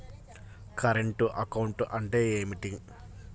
Current account అంటే ఏమిటి?